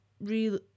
real